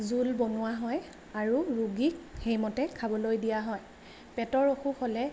জোল বনোৱা হয় আৰু ৰোগীক সেইমতে খাবলৈ দিয়া হয় পেটৰ অসুখ হ'লে